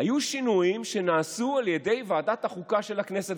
היו שינויים שנעשו על ידי ועדת החוקה של הכנסת,